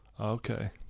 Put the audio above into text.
Okay